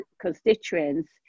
constituents